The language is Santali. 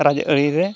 ᱨᱟᱡᱽ ᱟᱹᱨᱤᱨᱮ